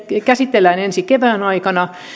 käsitellään ensi kevään aikana